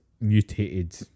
mutated